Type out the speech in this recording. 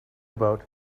about